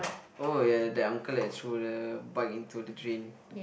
oh ya that uncle that threw the bike into the drain